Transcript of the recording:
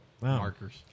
markers